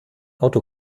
auto